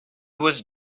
was